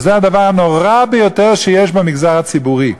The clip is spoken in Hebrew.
וזה הדבר הנורא ביותר שיש במגזר הציבורי.